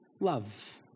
love